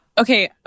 Okay